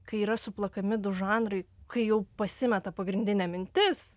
kai yra suplakami du žanrai kai jau pasimeta pagrindinė mintis